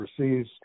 overseas